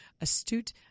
astute